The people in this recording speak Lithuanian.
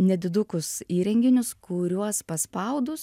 nedidukus įrenginius kuriuos paspaudus